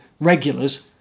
regulars